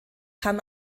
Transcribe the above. kann